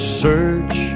search